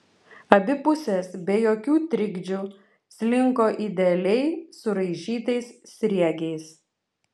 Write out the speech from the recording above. abi pusės be jokių trikdžių slinko idealiai suraižytais sriegiais